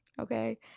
okay